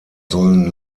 sollen